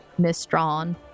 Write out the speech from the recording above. misdrawn